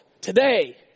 today